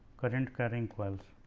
current carrying coils